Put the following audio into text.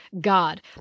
God